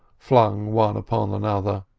flung one upon another,